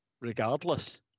regardless